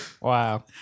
Wow